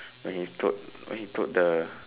when he told when he told the